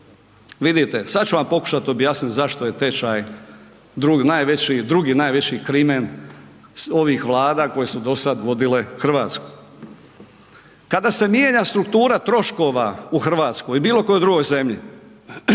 sad ću vam pokušati objasniti zašto je tečaj najveći drugi najveći krimen ovih vlada koje su dosada vodile Hrvatsku. Kada se mijenja struktura troškova u Hrvatskoj i bilo kojoj drugoj zemlji